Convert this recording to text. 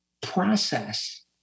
process